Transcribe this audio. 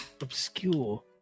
Obscure